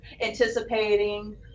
anticipating